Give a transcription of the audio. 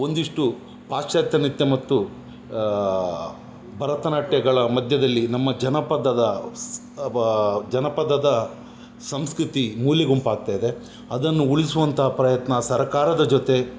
ಒಂದಿಷ್ಟು ಪಾಶ್ಚಾತ್ಯ ನೃತ್ಯ ಮತ್ತು ಭರತನಾಟ್ಯಗಳ ಮಧ್ಯದಲ್ಲಿ ನಮ್ಮ ಜನಪದದ ಸ್ ಜನಪದದ ಸಂಸ್ಕೃತಿ ಮೂಲೆಗುಂಪಾಗ್ತ ಇದೆ ಅದನ್ನು ಉಳಿಸುವಂತಹ ಪ್ರಯತ್ನ ಸರಕಾರದ ಜೊತೆ